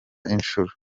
inshuro